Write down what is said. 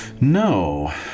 no